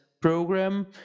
program